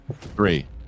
three